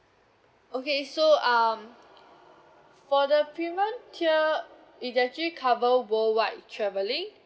okay so um for the premium tier it actually cover worldwide traveling